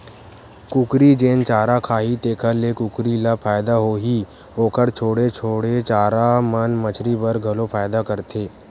कुकरी जेन चारा खाही तेखर ले कुकरी ल फायदा होही, ओखर छोड़े छाड़े चारा मन मछरी बर घलो फायदा करथे